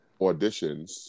auditions